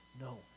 No